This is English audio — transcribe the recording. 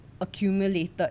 accumulated